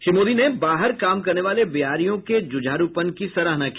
श्री मोदी ने बाहर काम करने वाले बिहारियों की जुझारूपन की सराहना की